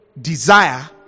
desire